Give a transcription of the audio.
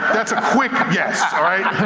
that's a quick yes, all right.